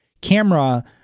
camera